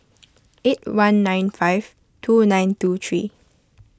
eight one nine five two nine two three